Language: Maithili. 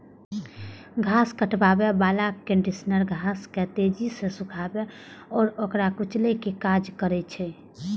घास काटै बला कंडीशनर घास के तेजी सं सुखाबै आ ओकरा कुचलै के काज करै छै